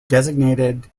designated